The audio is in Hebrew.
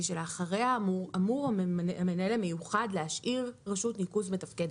שלאחריה המנהל המיוחד אמור להשאיר רשות ניקוז מתפקדת.